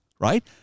right